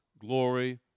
glory